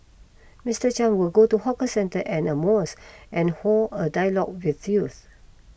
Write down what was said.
Mister Chan will go to hawker centre and a mosque and hold a dialogue with youth